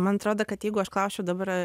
man atrodo kad jeigu aš klausčiau dabar